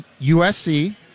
USC